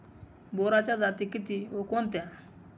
बोराच्या जाती किती व कोणत्या?